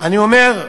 אני אומר,